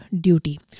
duty